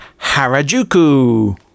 harajuku